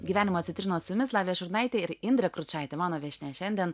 gyvenimo citrinos su jumis lavija šurnaitė ir indrė kručaitė mano viešnia šiandien